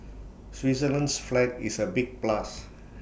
Switzerland's flag is A big plus